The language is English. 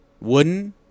Wooden